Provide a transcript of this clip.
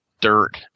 dirt